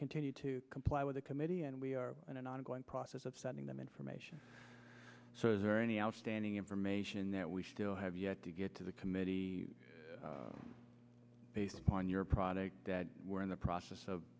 continue to comply with the committee and we are in an ongoing process of sending them information so is there any outstanding information that we still have yet to get to the committee on your product that we're in the process of